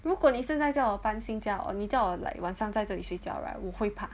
如果你现在叫我般新家 hor 你叫我 like 晚上在这里睡觉 right 我会怕